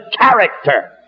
character